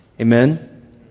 amen